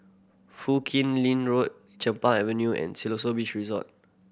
Foo Kim Lin Road Chempaka Avenue and Siloso Beach Resort